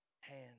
hand